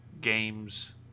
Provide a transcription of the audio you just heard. Games